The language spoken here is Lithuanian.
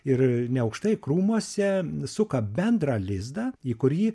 ir neaukštai krūmuose suka bendrą lizdą į kurį